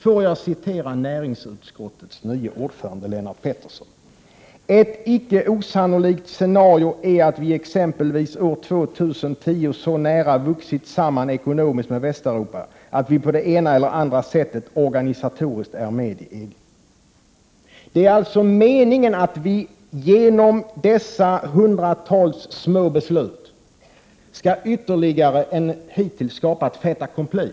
Jag vill citera näringsutskottets nye ordförande, Lennart Pettersson: Ett icke osannolikt scenario är att vi exempelvis åt 2010 så nära vuxit samman ekonomiskt med Västeuropa att vi på det ena eller det andra sättet organisatoriskt är med i EG. Det är alltså meningen att vi genom dessa hundratals små beslut mer än hittills skall skapa ett fait accompli.